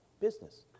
business